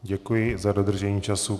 Děkuji za dodržení času.